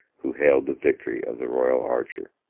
who hailed the victory of the royal archer.